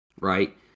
right